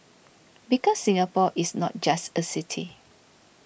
because Singapore is not just a city